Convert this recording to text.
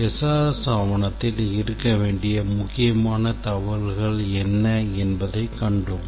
SRS ஆவணத்தில் இருக்க வேண்டிய முக்கியமான தகவல்கள் என்ன என்பதை கண்டோம்